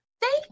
Thank